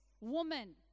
woman